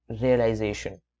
realization